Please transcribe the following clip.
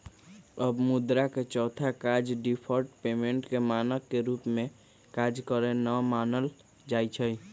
अब मुद्रा के चौथा काज डिफर्ड पेमेंट के मानक के रूप में काज करेके न मानल जाइ छइ